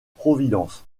providence